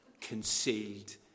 concealed